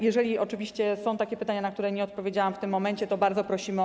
Jeżeli oczywiście są takie pytania, na które nie odpowiedziałam w tym momencie, to bardzo proszę o.